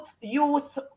youth